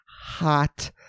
hot